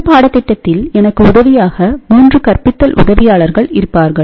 இந்த பாடத்திட்டத்தில் எனக்கு உதவியாக 3 கற்பித்தல்உதவியாளர்கள்இருப்பார்கள்